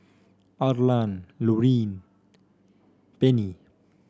Arlan Lauryn Pennie